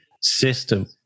system